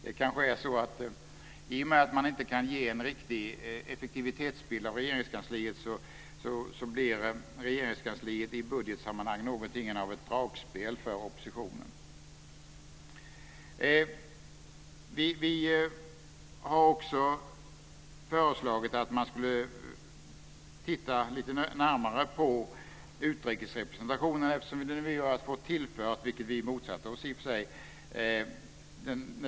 Det kanske är så att i och med att man inte kan ge en riktig effektivitetsbild av Regeringskansliet blir Regeringskansliet något av ett dragspel för oppositionen i budgetsammanhang. Vi har också föreslagit att man ska titta lite närmare på utrikesrepresentationen.